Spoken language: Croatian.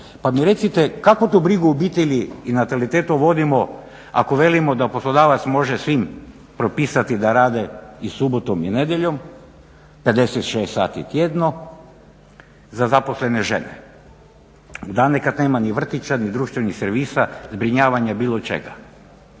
pa mi recite kakvu to brigu o obitelji i natalitetu vodimo ako velimo da poslodavac može svim propisati da rade i subotom i nedjeljom 56 sati tjedno za zaposlene žene u dane kada nema ni vrtića ni društvenih servisa, zbrinjavanja bilo čega.